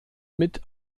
mit